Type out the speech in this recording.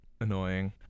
annoying